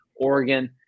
Oregon